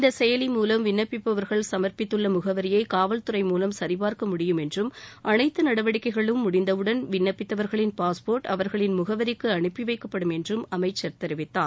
இந்த செயலி மூலம் விண்ணப்பிப்பவர்கள் சமர்ப்பித்துள்ள முகவரியை காவல்துறை மூலம் சரிபார்க்க முடியும் என்றும் அனைத்து நடவடிக்கைகளும் முடிந்தவுடன் விண்ணப்பித்தவா்களின் பாஸ்போா்ட் அவா்களின் முகவரிக்கு அனுப்பி வைக்கப்படும் என்றும் அமைச்சர் தெரிவித்தார்